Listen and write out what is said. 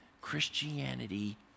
Christianity